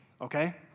okay